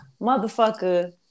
motherfucker